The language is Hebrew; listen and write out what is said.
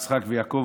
יצחק ויעקב,